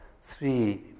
three